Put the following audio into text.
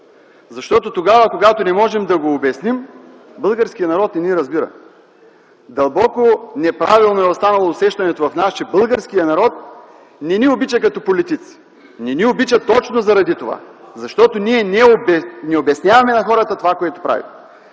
Защото тогава, когато не можем да го обясним, българският народ не ни разбира. Дълбоко неправилно е останало усещането в нас, че българският народ не ни обича като политици, не ни обича точно заради това, защото ние не обясняваме на хората това, което правим.